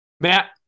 Matt